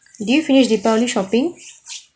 did you finish deepavali shopping